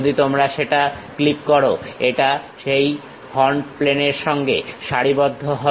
যদি তোমরা সেটা ক্লিক করো এটা সেই ফ্রন্ট প্লেনের সঙ্গে সারিবদ্ধ হবে